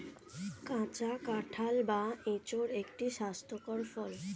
কাঁচা কাঁঠাল বা এঁচোড় একটি স্বাস্থ্যকর ফল